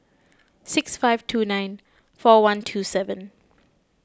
six five two nine four one two seven